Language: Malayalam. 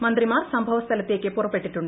മന്ത്രിമാർ സംഭവസ്ഥലത്തേക്ക് പുറപ്പെട്ടു